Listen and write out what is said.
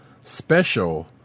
special